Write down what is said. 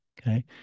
Okay